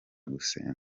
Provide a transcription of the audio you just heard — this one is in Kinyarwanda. gusenga